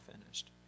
finished